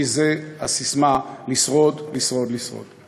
כי זו הססמה: לשרוד, לשרוד, לשרוד.